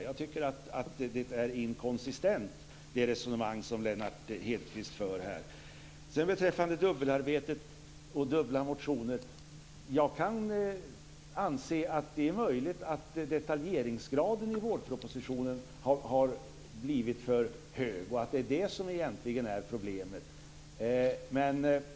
Jag tycker att det resonemang som Lennart Hedquist här för är inkonsistent. Beträffande dubbelarbetet och dubbla motioner kan jag inse att det är möjligt att detaljeringsgraden i vårpropositionen har blivit för hög och att det egentligen är problemet.